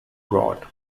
brought